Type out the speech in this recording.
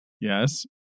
Yes